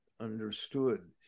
understood